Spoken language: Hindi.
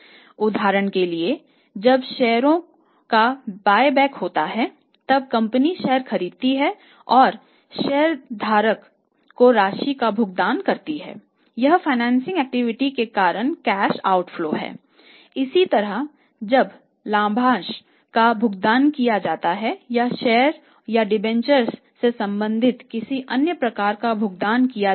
उदाहरण के लिए जब शेयरों का बायबैक होता है तब कंपनी शेयर खरीदती है और शेयरधारक को राशि का भुगतान करती है